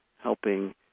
helping